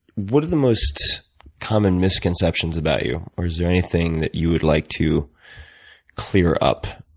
what are the most common misconceptions about you? or is there anything you would like to clear up